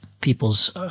people's